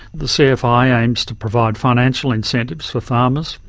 the cfi aims to provide financial incentives for farmers,